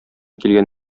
килгән